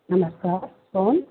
नमस्कार कोण